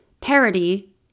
parody